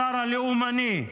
השר הלאומני,